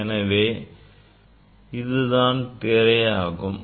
எனவே இதுதான் திரையாகும்